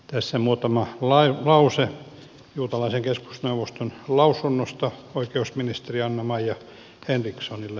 tässä muutama lause juutalaisen keskusneuvoston lausunnosta oikeusministeri anna maja henrikssonille